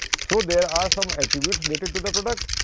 so, there are some attributes related to the product,